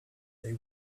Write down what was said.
they